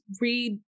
read